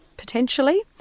potentially